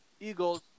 Eagles